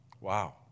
Wow